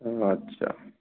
अच्छा